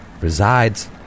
resides